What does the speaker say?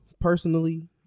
personally